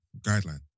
guideline